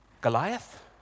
Goliath